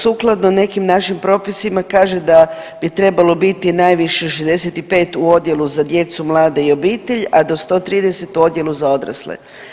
Sukladno nekim našim propisima kaže da bi trebalo biti najviše 65 u odjelu za djecu, mlade i obitelj, a do 130 u odjelu za odrasle.